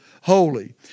holy